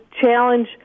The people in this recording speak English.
challenge